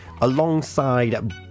alongside